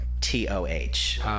T-O-H